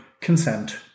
consent